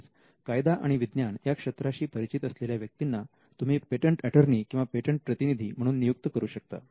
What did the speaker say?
तसेच कायदा आणि विज्ञान या क्षेत्रांशी परिचित असलेल्या व्यक्तींना तुम्ही पेटंट एटर्नी किंवा पेटंट प्रतिनिधी म्हणून नियुक्त करू शकता